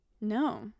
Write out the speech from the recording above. No